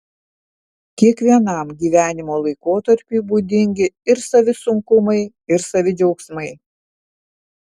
kiekvienam gyvenimo laikotarpiui būdingi ir savi sunkumai ir savi džiaugsmai